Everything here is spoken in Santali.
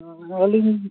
ᱦᱮᱸ ᱟᱹᱞᱤᱧ